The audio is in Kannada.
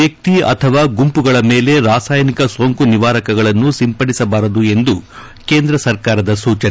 ವ್ಯಕ್ತಿ ಅಥವಾ ಗುಂಪುಗಳ ಮೇಲೆ ರಾಸಾಯನಿಕ ಸೋಂಕು ನಿವಾರಕಗಳನ್ನು ಸಿಂಪಡಿಸಬಾರದು ಎಂದು ಕೇಂದ್ರ ಸರ್ಕಾರದ ಸೂಚನೆ